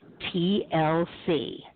TLC